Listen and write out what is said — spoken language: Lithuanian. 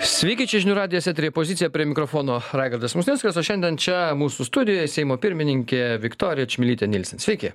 sveiki čia žinių radijas eteryje pozicija prie mikrofono raigardas musnickas o šiandien čia mūsų studijoje seimo pirmininkė viktorija čmilytė nielsen sveiki